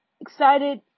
excited